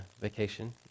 vacation